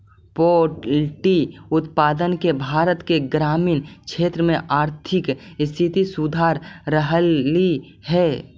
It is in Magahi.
पोल्ट्री उत्पाद से भारत के ग्रामीण क्षेत्र में आर्थिक स्थिति सुधर रहलई हे